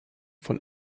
von